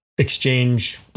exchange